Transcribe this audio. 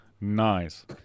Nice